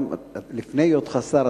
לפני היותך שר,